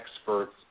experts